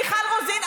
מיכל רוזין,